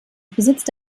besitzt